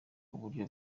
uburyo